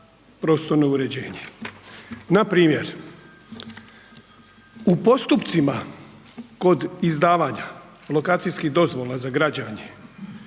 prostorno uređenje. Npr. u postupcima kod izdavanja lokacijskih dozvola za građenje